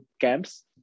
camps